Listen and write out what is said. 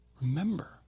Remember